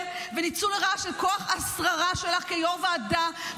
וניצול לרעה של כוח השררה שלך כיו"ר ועדה,